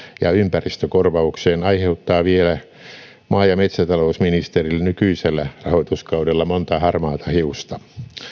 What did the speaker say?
ja ympäristökorvaukseen aiheuttaa maa ja metsätalousministerille nykyisellä rahoituskaudella vielä monta harmaata hiusta